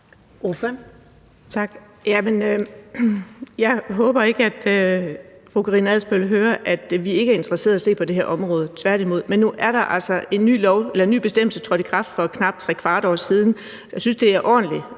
hører, at vi ikke er interesserede i at se på det her område, tværtimod. Men nu er der altså en ny bestemmelse, der er trådt i kraft for knap trekvart år siden, og jeg synes, det er ordentligt